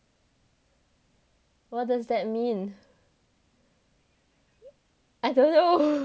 what does that mean I don't know